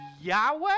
Yahweh